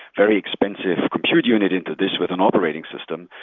very expensive compute unit into this with an operating system.